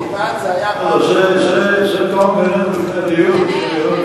זה תואם בינינו לפני הדיון.